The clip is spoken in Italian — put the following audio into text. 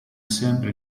sempre